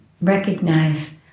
recognize